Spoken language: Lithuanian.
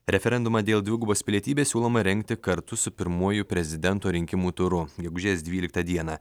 referendumą dėl dvigubos pilietybės siūloma rengti kartu su pirmuoju prezidento rinkimų turu gegužės dvyliktą dieną